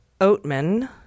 Oatman